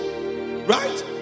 Right